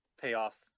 payoff